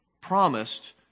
promised